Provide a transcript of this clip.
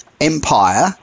empire